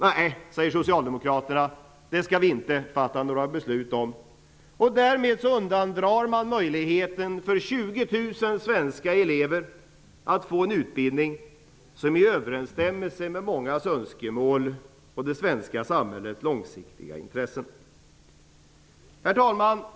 Nej, säger socialdemokraterna. Detta skall vi inte fatta några beslut om. Därmed undandrar man 20 000 svenska elever möjligheten att få en utbildning som överensstämmer med mångas önskemål och med det svenska samhällets långsiktiga intressen. Herr talman!